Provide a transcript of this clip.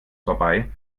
vorbei